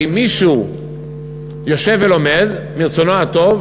שאם מישהו יושב ולומד מרצונו הטוב,